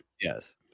Yes